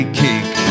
cake